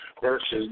versus